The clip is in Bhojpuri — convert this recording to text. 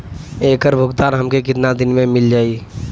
ऐकर भुगतान हमके कितना दिन में मील जाई?